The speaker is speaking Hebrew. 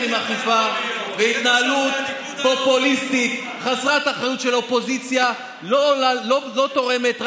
התנהלות פופוליסטית חסרת אחריות של האופוזיציה לא תורמת,